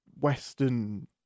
western